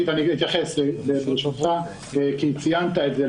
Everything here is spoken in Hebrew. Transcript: ברשותך, אתייחס כי ציינת את זה.